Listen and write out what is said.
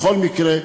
בכל מקרה,